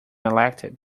elected